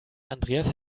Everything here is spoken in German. andreas